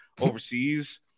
overseas